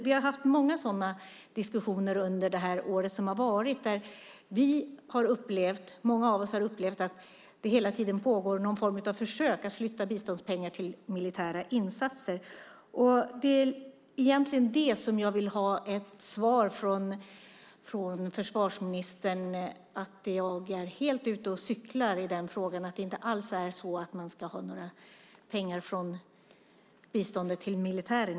Vi har fört många sådana diskussioner under det år som har gått. Många av oss har upplevt att det hela tiden pågår någon form av försök att flytta biståndspengar till militära insatser. Det är egentligen det som jag vill ha ett svar från försvarsministern på. Är jag helt ute och cyklar i den frågan? Ska man inte ta några pengar från biståndet till militären?